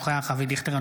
אינו נוכח אבי דיכטר,